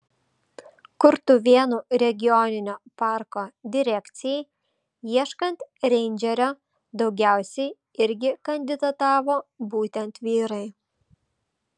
kurtuvėnų regioninio parko direkcijai ieškant reindžerio daugiausiai irgi kandidatavo būtent vyrai